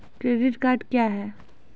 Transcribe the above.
Credit card क्या हैं?